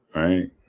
right